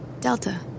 Delta